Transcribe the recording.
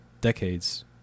decades